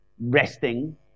resting